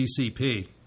CCP